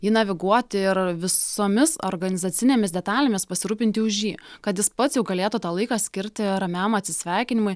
jį naviguoti ir visomis organizacinėmis detalėmis pasirūpinti už jį kad jis pats jau galėtų tą laiką skirti ramiam atsisveikinimui